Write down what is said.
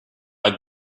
have